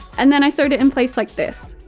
and then i sewed it in place like this.